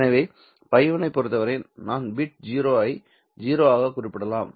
எனவே ϕ1 ஐப் பொறுத்தவரை நான் பிட் 0 ஐ 0 ஆக குறிப்பிடலாம்